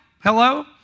Hello